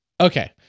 Okay